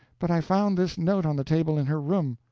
but i found this note on the table in her room.